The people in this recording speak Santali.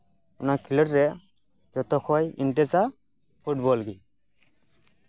ᱚᱱᱟ ᱠᱷᱮᱞᱳᱰ ᱨᱮ ᱡᱚᱛᱚ ᱠᱷᱚᱡ ᱤᱱᱴᱟᱨᱮᱥᱴ ᱟ ᱯᱷᱩᱴᱵᱚᱞ ᱜᱮ